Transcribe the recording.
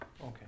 Okay